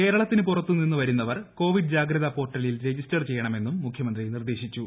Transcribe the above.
കേരളത്തിന് പുറത്തുനിന്ന് വരുന്നവർ കോവിഡ് ജാഗ്രതാപ്രോർട്ടലിൽ രജിസ്റ്റർ ചെയ്യണമെന്നും മുഖ്യമന്ത്രി നിർദേശിച്ചു